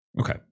Okay